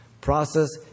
Process